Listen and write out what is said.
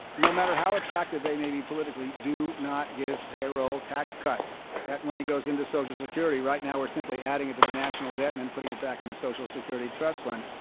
no matter how attractive they may be politically, do not give payroll tax cuts. that money goes into social security. right now we're simply adding it to the national debt and then putting it back in the social security trust fund.